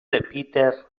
peter